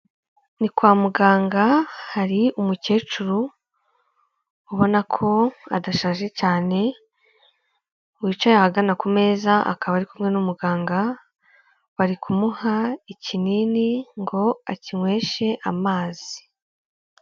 Ni kwa muganga hari umukecuru ubona ko adashaje cyane wicaye ahagana ku meza, akaba ari kumwe n'umuganga bari kumuha ikinini ngo akinyweshe amazi.